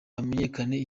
hamenyekane